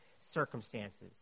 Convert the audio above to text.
circumstances